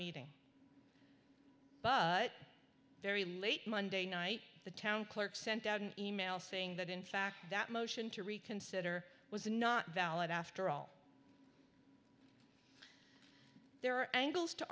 meeting but very late monday night the town clerk sent out an e mail saying that in fact that motion to reconsider was not valid after all there are angles to